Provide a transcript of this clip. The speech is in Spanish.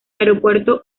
aeropuerto